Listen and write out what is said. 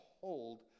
hold